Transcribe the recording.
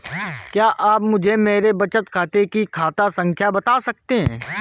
क्या आप मुझे मेरे बचत खाते की खाता संख्या बता सकते हैं?